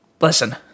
Listen